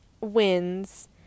wins